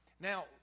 Now